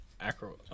acro